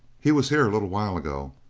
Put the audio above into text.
he was here a little while ago.